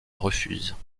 refusent